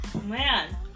Man